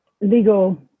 legal